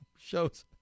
shows